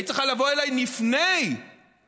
היית צריכה לבוא אליי לפני שאת